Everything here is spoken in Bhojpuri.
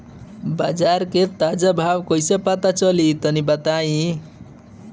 बाजार के ताजा भाव कैसे पता चली तनी बताई?